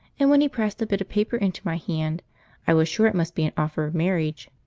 and when he pressed a bit of paper into my hand i was sure it must be an offer of marriage.